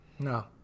No